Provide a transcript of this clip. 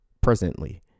presently